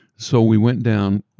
so we went down,